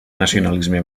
nacionalisme